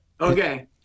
okay